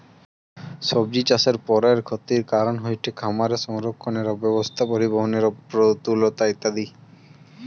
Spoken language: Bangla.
সব্জিচাষের পরের ক্ষতির কারন হয়ঠে খামারে সংরক্ষণের অব্যবস্থা, পরিবহনের অপ্রতুলতা ইত্যাদি